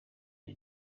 the